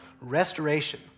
restoration